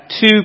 two